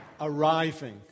arriving